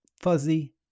fuzzy